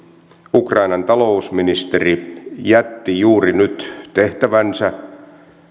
ukrainan talousministeri jätti juuri nyt tehtävänsä